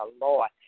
Lord